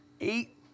eight